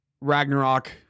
Ragnarok